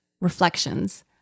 reflections